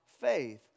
faith